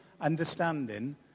understanding